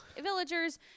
villagers